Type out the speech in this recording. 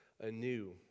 anew